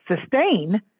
sustain